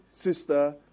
sister